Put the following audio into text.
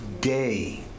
day